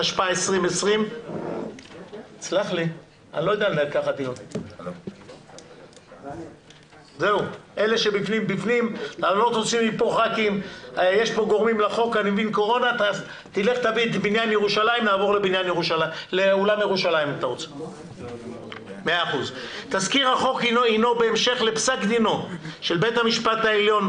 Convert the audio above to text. התשפ"א 2020. תזכיר החוק הינו בהמשך לפסק דינו של בית המשפט העליון,